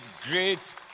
great